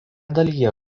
dalyje